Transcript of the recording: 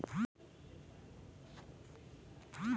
जेन दिन ले टेक्टर हर आए हे तब ले किसानी बूता म बड़ सहोल्लत होगे हे